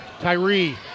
Tyree